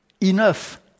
enough